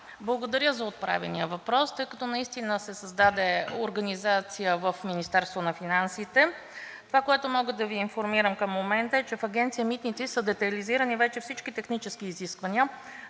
благодаря за отправения въпрос, тъй като наистина се създаде организация в Министерството на финансите. Това, което мога да Ви информирам към момента, е, че в Агенция „Митници“ са детайлизирани вече всички технически изисквания